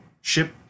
ship